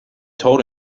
told